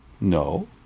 no